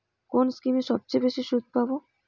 কোন স্কিমে সবচেয়ে বেশি সুদ পাব?